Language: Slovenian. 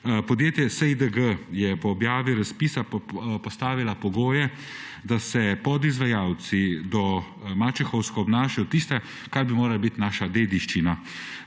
Podjetje SiDG je po objavi razpisa postavila pogoje, da naj se podizvajalci ne obnašajo mačehovsko do tistega, kar bi morala biti naša dediščina.